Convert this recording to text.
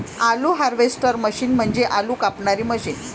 आलू harvester machine म्हणजे आलू कापणारी मशीन